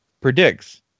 predicts